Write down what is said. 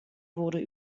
wurde